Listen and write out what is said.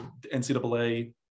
NCAA